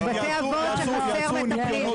בבתי אבות חסרים מטפלים.